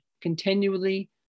continually